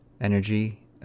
energy